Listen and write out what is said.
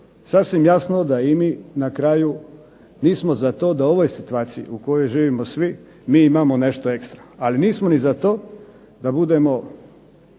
sasvim jasno da i mi na kraju nismo za to da u ovoj situaciji u kojoj živimo svi, mi imamo nešto ekstra ali nismo ni za to da budemo